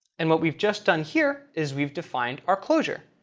and what we've just done here is we've defined our closure.